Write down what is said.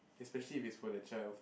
especially if it's for the child